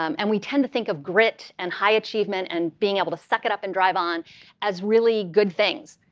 um and we tend to think of grit, and high achievement, and being able to suck it up and drive on as really good things.